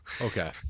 okay